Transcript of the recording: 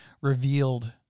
revealed